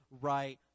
right